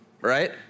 right